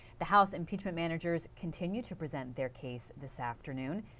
the house impeachment managers continue to present their case this afternoon.